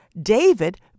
David